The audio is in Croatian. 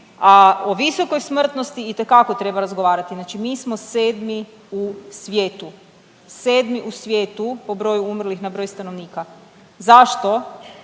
a o visokoj smrtnosti itekako treba razgovarati. Znači mi smo sedmi u svijetu, sedmi u svijetu po broju umrlih na broj stanovnika. Zašto